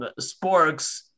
sporks